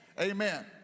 Amen